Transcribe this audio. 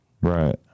Right